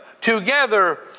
together